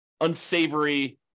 unsavory